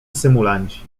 symulanci